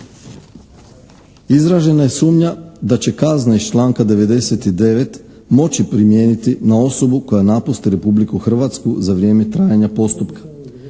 Izražena je sumnja da će kazna iz članka 99. moći primijeniti na osobu koja napusti Republiku Hrvatsku za vrijeme trajanja postupka.